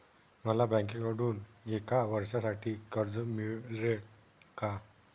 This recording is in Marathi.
मला बँकेकडून एका वर्षासाठी कर्ज मिळेल का?